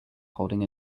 holding